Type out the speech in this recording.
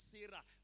Sarah